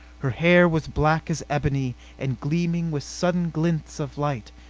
her hair was black as ebony and gleaming with sudden glints of light.